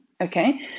Okay